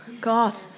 God